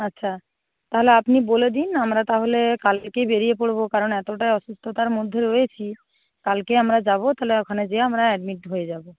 আচ্ছা তাহলে আপনি বলে দিন আমরা তাহলে কালকেই বেরিয়ে পড়বো কারণ এতোটা অসুস্থতার মধ্যে রয়েছি কালকে আমরা যাবো তাহলে ওখানে যেয়ে আমরা অ্যাডমিট হয়ে যাবো